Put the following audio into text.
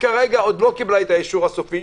כרגע היא עוד לא קיבלה את האישור הסופי.